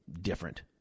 different